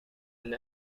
and